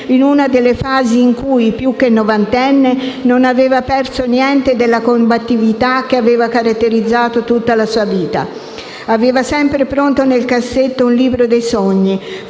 in una delle fasi in cui, più che novantenne, non aveva perso niente della combattività che aveva caratterizzato tutta la sua vita. Aveva sempre pronto nel cassetto un "libro dei sogni",